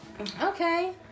Okay